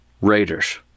Raiders